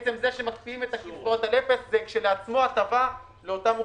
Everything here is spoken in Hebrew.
עצם זה שמקפיאים את הקצבאות על אפס זה כשלעמו הטבה לאותן אוכלוסיות.